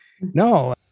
No